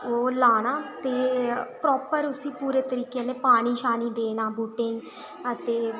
ओह् लाना ते परोपर उसी तरीके कन्नै पानी शानी देना बहूटें गी ते